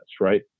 right